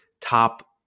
top